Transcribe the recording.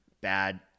bad